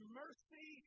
mercy